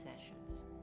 sessions